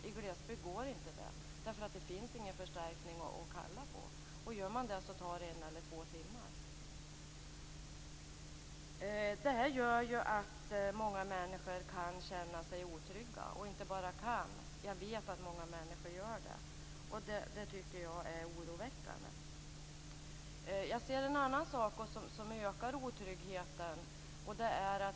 I glesbygd går inte det, därför att det inte finns någon förstärkning att kalla på. Hjälp från annat håll kan dröja en eller två timmar. Detta gör att många människor kan känna sig otrygga, och inte bara kan, jag vet att många människor gör det. Det tycker jag är oroväckande. Jag ser en annan sak som ökar otryggheten.